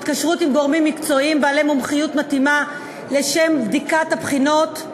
התקשרות עם גורמים מקצועיים בעלי מומחיות מתאימה לשם בדיקת הבחינות,